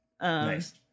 Nice